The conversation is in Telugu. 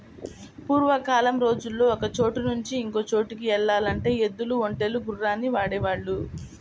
పూర్వకాలం రోజుల్లో ఒకచోట నుంచి ఇంకో చోటుకి యెల్లాలంటే ఎద్దులు, ఒంటెలు, గుర్రాల్ని వాడేవాళ్ళు